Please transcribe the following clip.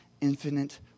infinite